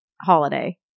holiday